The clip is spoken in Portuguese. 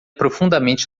profundamente